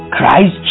Christ